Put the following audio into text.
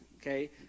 okay